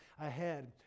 ahead